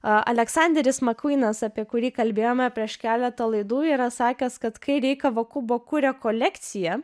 aleksanderis makvynas apie kurį kalbėjome prieš keletą laidų yra sakęs kad kai rei kavakubo kuria kolekciją